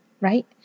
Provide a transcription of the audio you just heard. right